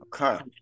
Okay